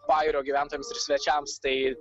pajūrio gyventojams ir svečiams tai